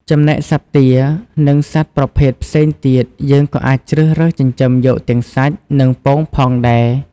ចំណែកសត្វទា និងសត្វប្រភេទផ្សេងទៀតយើងក៏អាចជ្រើសរើសចិញ្ចឹមយកទាំងសាច់ និងពងផងដែរ។